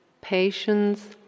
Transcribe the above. patience